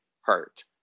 hurt